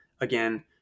again